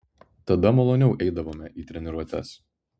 tada maloniau eidavome į treniruotes